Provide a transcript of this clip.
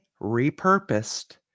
repurposed